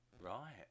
right